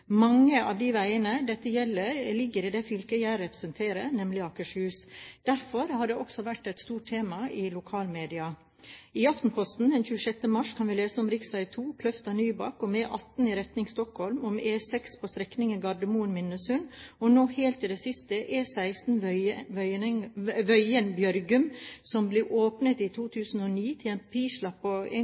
Mange av de veiene dette gjelder, ligger i det fylket jeg representerer, nemlig Akershus. Derfor har dette også vært et stort tema i lokalmedia. I Aftenposten den 26. mars kan vi lese om rv. 2 Kløfta–Nybakk, om E18 i retning Stockholm, om E6 på strekningen Gardermoen–Minnesund og nå helt i det siste E16 Wøyen–Bjørum, som ble åpnet i 2009 til en